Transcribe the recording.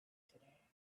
today